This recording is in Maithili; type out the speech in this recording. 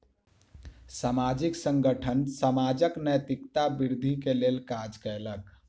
सामाजिक संगठन समाजक नैतिकता वृद्धि के लेल काज कयलक